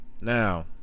Now